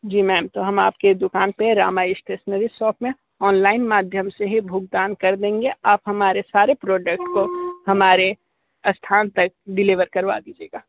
जी ma'am तो हम आपके दुकान पे रामा स्टेशनरी शॉप में ऑनलाइन माध्यम से ही भुगतान कर देंगे आप हमारे सारे प्रॉडक्ट को हमारे स्थान पर डिलीवर करवा दीजिएगा